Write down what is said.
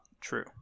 true